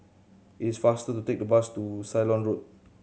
it's faster to take bus to Ceylon Road